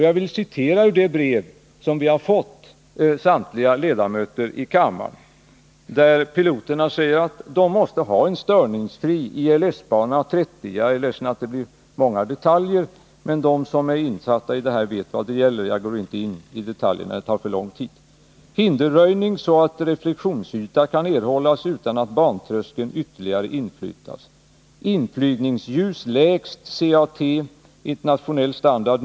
Jag vill citera ur det här brevet, och jag beklagar att citatet innehåller många tekniska detaljer, men de som är insatta i detta vet vad det gäller så jag går inte närmare in på dessa detaljer.